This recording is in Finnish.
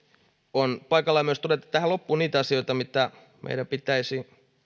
on paikallaan myös todeta tähän loppuun niitä asioita mitä meidän pitäisi